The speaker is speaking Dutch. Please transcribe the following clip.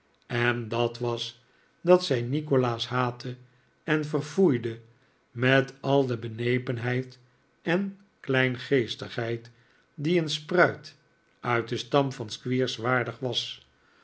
en dat was dat zij nikolaas haatte en verfoeide met al de benepenheid en kleingeestigheid die een spruit uit den stam van squeers waardig was